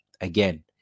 Again